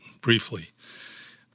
briefly